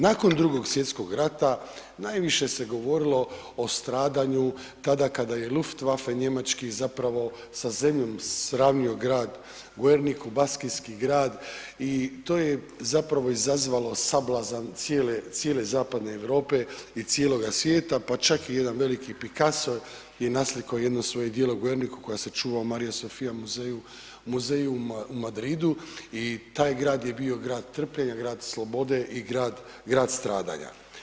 Nakon Drugog svjetskog rata, najviše se govorilo o stradanju tada kada je Luftwaffe njemački zapravo sa zemljom sravnio grad u Guernici, baskijski grad i to je zapravo izazvalo sablazan cijele zapadne Europe i cijeloga svijeta, pa čak i jedan veliki Picasso je nasliko jedno svoje Guernicu koje se čuva u Marija Sofia muzeju u muzeju u Madridu i taj grad je bio grad trpljenja, grad slobode i grad stradanja.